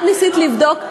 את ניסית לבדוק,